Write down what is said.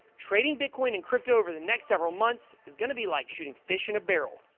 trading bitcoin and crypto over the next several months is going to be like shooting fish in a barrel.